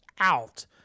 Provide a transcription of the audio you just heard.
out